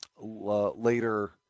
later